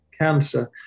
cancer